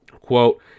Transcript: quote